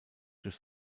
durch